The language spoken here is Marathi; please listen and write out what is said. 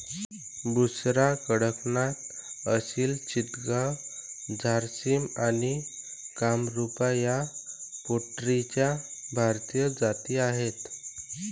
बुसरा, कडकनाथ, असिल चितगाव, झारसिम आणि कामरूपा या पोल्ट्रीच्या भारतीय जाती आहेत